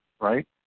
right